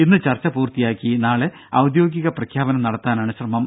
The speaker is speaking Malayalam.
ഇന്ന് ചർച്ച പൂർത്തിയാക്കി നാളെ ഔദ്യോഗിക പ്രഖ്യാപനം നടത്താനാണ് ശ്രമം